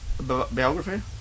biography